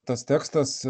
tas tekstas